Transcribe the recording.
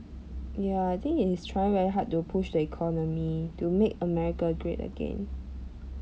ya I think he is trying very hard to push the economy to make america great again